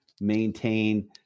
maintain